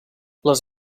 les